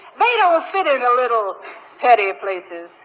they don't fit into little petty places.